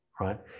right